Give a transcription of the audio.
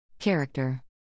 Character